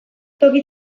toki